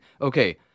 okay